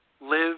Live